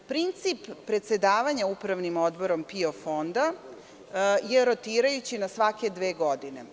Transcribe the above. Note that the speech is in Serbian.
Princip predsedavanja Upravnim odborom PIO fonda je rotirajući na svake dve godine.